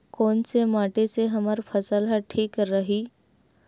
कोन से माटी से हमर फसल ह ठीक रही?